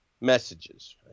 messages